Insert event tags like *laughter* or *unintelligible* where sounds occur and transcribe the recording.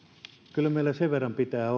kyllä meillä sen verran pitää *unintelligible*